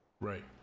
Right